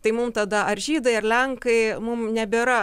tai mum tada ar žydai ar lenkai mum nebėra